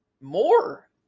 more